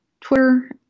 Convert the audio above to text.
Twitter